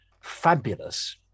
fabulous